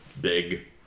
big